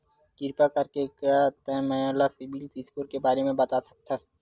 किरपा करके का तै मोला सीबिल स्कोर के बारे माँ बता सकथस?